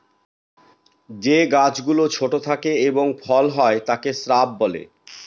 যে গাছ গুলো ছোট থাকে এবং ফল হয় তাকে শ্রাব বলে